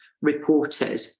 reported